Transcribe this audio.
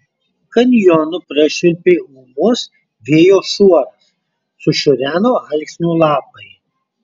kanjonu prašvilpė ūmus vėjo šuoras sušiureno alksnių lapai